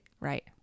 Right